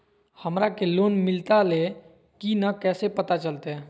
हमरा के लोन मिलता ले की न कैसे पता चलते?